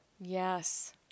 Yes